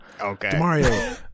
Okay